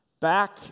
Back